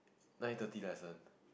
nine thirty lesson